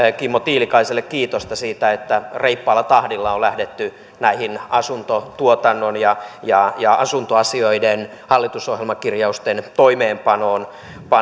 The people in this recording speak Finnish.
kimmo tiilikaiselle kiitosta siitä että reippaalla tahdilla on lähdetty näiden asuntotuotannon ja ja asuntoasioiden hallitusohjelmakirjausten toimeenpanoon